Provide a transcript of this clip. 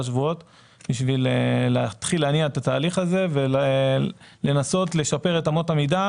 שבועות בשביל להתחיל להניע את התהליך הזה ולנסות לשפר את אמות המידה,